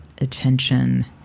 attention